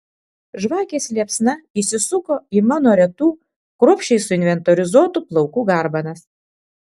žvakės liepsna įsisuko į mano retų kruopščiai suinventorizuotų plaukų garbanas